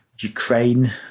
Ukraine